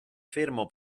fermo